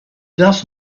does